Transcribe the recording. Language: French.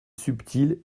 subtil